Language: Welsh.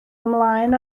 ymlaen